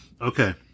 Okay